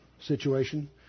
situation